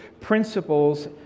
principles